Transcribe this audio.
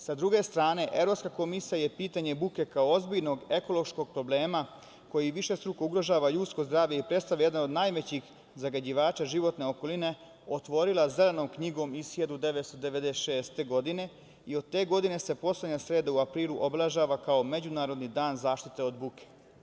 Sa druge strane, Evropska komisija je pitanje buke, kao ozbiljnog ekološkog problema koji višestruko ugrožava ljudsko zdravlje i predstavlja jedan od najvećih zagađivača životne okoline, otvorila Zelenu knjigu iz 1996. godine i od te godine se poslednja sreda u aprilu obeležava kao Međunarodni dan zaštite od buke.